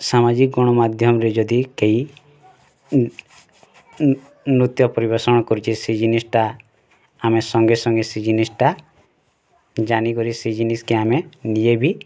ସାମାଜିକ୍ ଗଣମାଧ୍ୟମ୍ରେ ଯଦି କେହି ନୃତ୍ୟ ପରିବେଷଣ କରୁଛି ସେଇ ଜିନିଷ୍ଟା ଆମେ ସଙ୍ଗେ ସଙ୍ଗେ ସେଇ ଜିନିଷ୍ଟା ଜାନିକରି ସେଇ ଜିନିଷ୍କେ ଆମେ ନିଜେ ବି